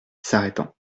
s’arrêtant